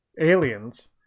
Aliens